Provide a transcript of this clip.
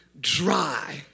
dry